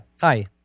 Hi